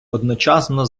одночасно